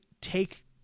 Take